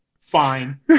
Fine